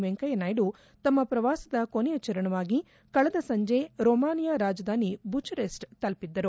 ವೆಂಕಯ್ಕ ನಾಯ್ದು ತಮ್ಮ ಪ್ರವಾಸದ ಕೊನೆಯ ಚರಣವಾಗಿ ಕಳೆದ ಸಂಜೆ ರೊಮಾನಿಯಾ ರಾಜಧಾನಿ ಬುಚರೆಸ್ಟ್ ತಲುಪಿದ್ದರು